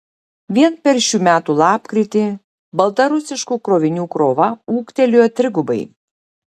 vien per šių metų lapkritį baltarusiškų krovinių krova ūgtelėjo trigubai